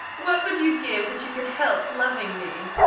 what would you give that you could help loving me?